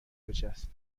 بچسب